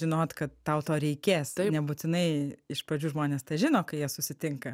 žinot kad tau to reikės nebūtinai iš pradžių žmonės tą žino kai jie susitinka